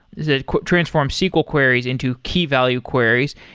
that transforms sql queries into key value queries,